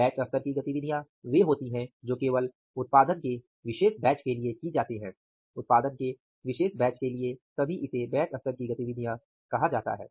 batch स्तर की गतिविधियाँ वे होती हैं जो केवल उत्पादन के विशेष बैच के लिए की जाती हैं उत्पादन के विशेष बैच के लिए तभी इसे बैच स्तर की गतिविधियां कहा जाता है